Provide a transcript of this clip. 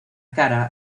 cara